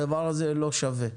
הדבר הזה לא שווה.